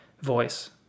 voice